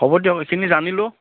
হ'ব দিয়ক এইখিনি জানিলোঁ